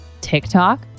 TikTok